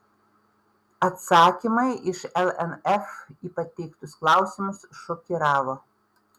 atsakymai iš lnf į pateiktus klausimus šokiravo